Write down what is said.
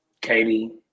Katie